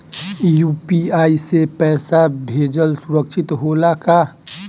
UPI से पैसा भेजल सुरक्षित होला का?